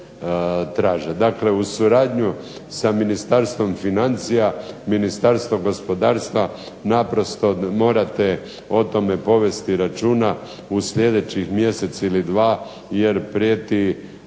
Dakle uz suradnju sa Ministarstvom financija, Ministarstvo gospodarstva naprosto morate o tome povesti računa u sljedećih mjesec ili dva, jer prijeti